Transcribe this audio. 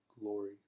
glory